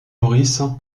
maurice